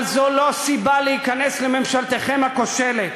אבל זו לא סיבה להיכנס לממשלתכם הכושלת,